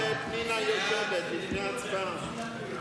תראה שפנינה יושבת לפני ההצבעה.